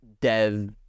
dev